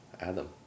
Adam